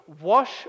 wash